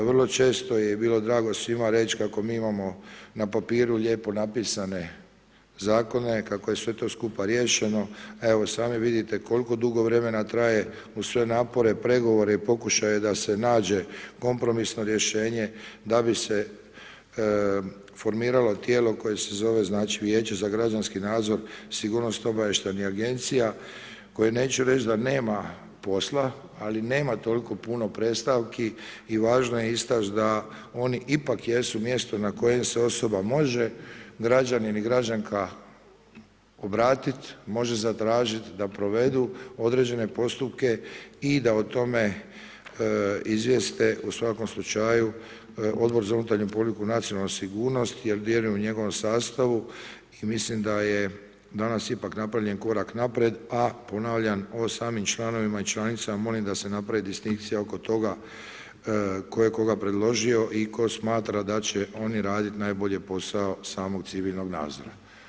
Vrlo često je bilo drago svima reći kako mi imamo na papiru lijepo napisane zakone, kako je sve to skupa riješeno, a evo i sami vidite koliko dugo vremena traje uz sve napore, pregovore i pokušaje da se nađe kompromisno rješenje da bi se formiralo tijelo koje se zove Vijeće za građanski nadzor sigurnosno-obavještajnih agencija koje neću reći da nema posla, ali nema toliko puno predstavki i važno je istać da oni ipak jesu mjesto na kojem se osoba može, građanin i građanka obratit, može zatražit da provedu određene postupke i da o tome izvijeste u svakom slučaju Odbor za unutarnju politiku i nacionalnu sigurnost jer djeluje u njegovom sastavu i mislim da je danas ipak napravljen korak napred, a ponavljam, o samim članovima i članicama molim da se napravi distinkcija oko toga tko je koga predložio i tko smatra da će oni raditi najbolje posao samog civilnog nadzora.